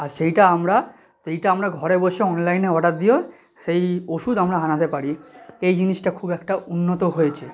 আর সেইটা আমরা সেইটা আমরা ঘরে বসে অনলাইনে অর্ডার দিয়েও সেই ওষুধ আমরা আনাতে পারি এই জিনিসটা খুব একটা উন্নত হয়েছে